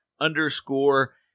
underscore